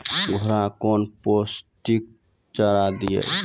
घोड़ा कौन पोस्टिक चारा दिए?